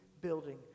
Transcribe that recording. building